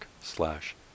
slash